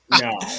No